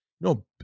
No